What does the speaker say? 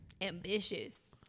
ambitious